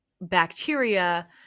bacteria